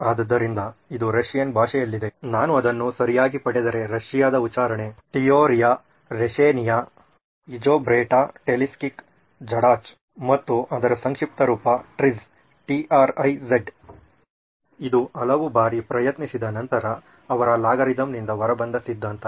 ಆದ್ದರಿಂದ ಇದು ರಷ್ಯನ್ ಭಾಷೆಯಲ್ಲಿದೆ ನಾನು ಅದನ್ನು ಸರಿಯಾಗಿ ಪಡೆದರೆ ರಷ್ಯಾದ ಉಚ್ಚಾರಣೆ теория решения Te Te ಟಿಯೋರಿಯಾ ರೆಶೆನಿಯಾ ಇಜೊಬ್ರೆಟಾಟೆಲ್ಸ್ಕಿಖ್ ಜಡಾಚ್ ಮತ್ತು ಅದರ ಸಂಕ್ಷಿಪ್ತ ರೂಪ TRIZ ಇದು ಹಲವು ಬಾರಿ ಪ್ರಯತ್ನಿಸಿದ ನಂತರ ಅವರ ಅಲ್ಗಾರಿದಮ್ನಿಂದ ಹೊರಬಂದ ಸಿದ್ಧಾಂತ